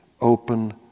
open